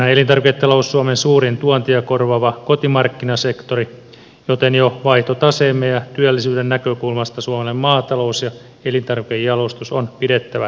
onhan elintarviketalous suomen suurin tuontia korvaava kotimarkkinasektori joten jo vaihtotaseemme ja työllisyyden näkökulmasta suomalainen maatalous ja elintarvikejalostus on pidettävä toimintakykyisinä